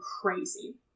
crazy